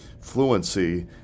fluency